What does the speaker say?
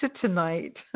tonight